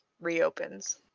reopens